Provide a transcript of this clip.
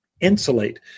insulate